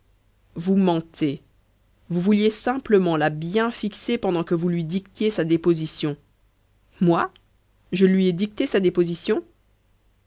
vous mentez vous vouliez simplement la bien fixer pendant que vous lui dictiez sa déposition moi je lui ai dicté sa déposition